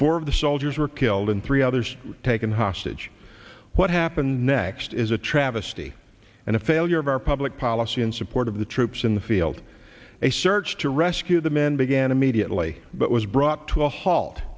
four of the soldiers were killed and three others were taken hostage what happened next is a travesty and a failure of our public policy in support of the troops in the field a search to rescue the men began immediately but was brought to a halt